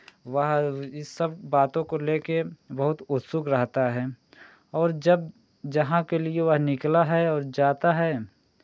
वह इस सब बातों को लेके बहुत उत्सुक रहता है और जब जहाँ के लिए वह निकला है और जाता है